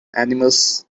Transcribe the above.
animals